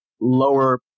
lower